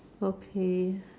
okay